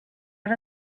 out